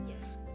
Yes